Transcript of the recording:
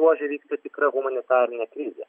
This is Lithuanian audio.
ruože vyksta tikra humanitarinė krizė